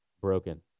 broken